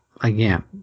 again